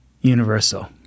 universal